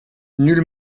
nul